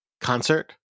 concert